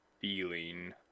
feeling